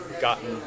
gotten